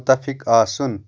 مُتفِق آسُن